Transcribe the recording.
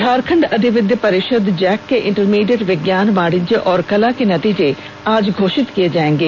झारखंड अधिविद्य परिषद जैक के इंटरमीडिएट विज्ञान वाणिज्य और कला के नतीजे आज घोषित किए जाएंगे